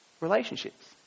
relationships